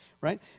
right